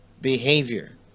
behavior